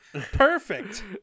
Perfect